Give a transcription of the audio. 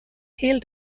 hehl